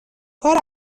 کار